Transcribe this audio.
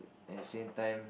as the same time